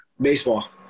Baseball